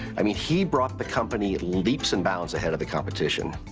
i mean, he brought the company leaps and bounds ahead of the competition.